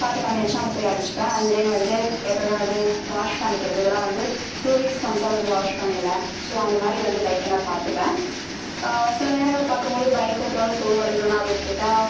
காற்று கம்மியாக இருந்துச்சுன்னா அங்கே போய் அடிச்சுப்பேன் அண்ட் தென் வந்து எப்போவுமே வந்து வாஷ் பண்ணிக்கின்றது இதெல்லாம் வந்து டூ வீக்ஸ்கு ஒன்ஸ் ஆவது வந்து வாஷ் பண்ணிடுவேன் ஸோ அந்த மாதிரி வந்து பைக்கை நான் பார்த்துப்பேன் சில நேரங்களில் பார்க்கும் பொழுது பைக் ஓட்டுறதால் சோர்வடைஞ்சிறேன்னா அப்படின்னு கேட்டால்